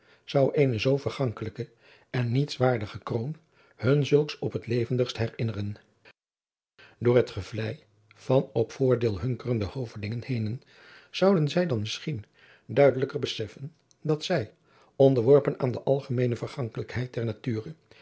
zou eene zoo vergankelijke en niets waardige kroon hun zulks op het levendigst herinneren door het gevlei van op voordeel hunkerende hovelingen henen zouden zij dan misschien duidelijker beseffen dat zij onderworpen aan de algemeene vergankelijkheid der nature